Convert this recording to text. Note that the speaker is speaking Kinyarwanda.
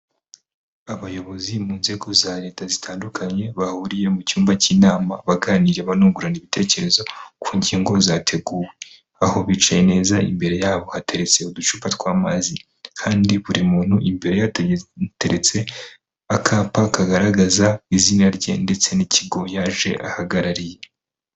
Abayobozi mu nzego za Leta zitandukanye bahuriye mu cyumba cy'inama baganira banungurana ibitekerezo ku ngingo zateguwe. Aho bicaye neza, imbere yabo hateretse uducupa tw'amazi. Kandi buri muntu imbere ye hateretse akapa kagaragaza izina rye ndetse n'ikigo yaje ahagarariye.